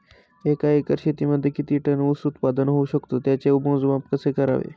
एका एकर शेतीमध्ये किती टन ऊस उत्पादन होऊ शकतो? त्याचे मोजमाप कसे करावे?